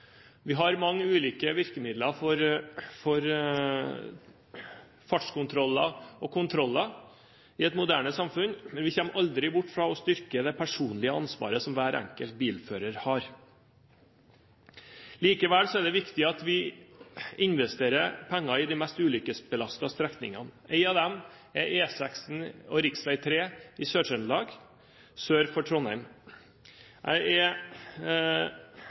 Vi har mange ulike virkemidler for fartskontroller og kontroller i et moderne samfunn, men vi kommer aldri bort fra å styrke det personlige ansvaret som hver enkelt bilfører har. Likevel er det viktig at vi investerer penger i de mest ulykkesbelastede strekningene. En av dem er E6 og rv. 3 i Sør-Trøndelag, sør for Trondheim. Jeg viser her til merknader som bl.a. Kristelig Folkeparti er